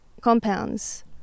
compounds